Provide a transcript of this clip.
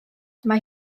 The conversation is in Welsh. mae